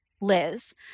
Liz